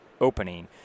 opening